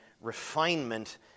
refinement